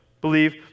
believe